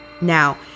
Now